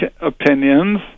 opinions